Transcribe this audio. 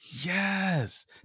Yes